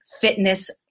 fitness